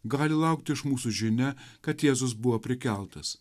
gali laukti iš mūsų žinia kad jėzus buvo prikeltas